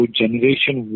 generation